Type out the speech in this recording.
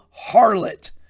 harlot